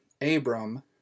Abram